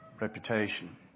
reputation